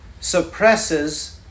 suppresses